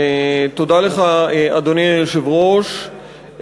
אדוני היושב-ראש,